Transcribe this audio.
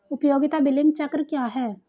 उपयोगिता बिलिंग चक्र क्या है?